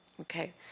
Okay